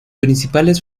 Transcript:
principales